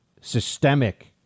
systemic